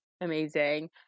amazing